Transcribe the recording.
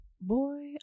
Boy